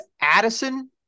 Addison